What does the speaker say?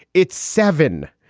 it's seven.